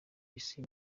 isi